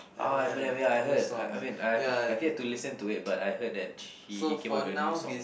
ah Eminem ya I heard I I mean I I've yet to listen to it but I heard that he he came out with a new song